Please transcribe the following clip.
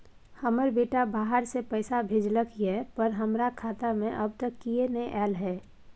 हमर बेटा बाहर से पैसा भेजलक एय पर हमरा खाता में अब तक किये नाय ऐल है?